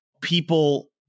people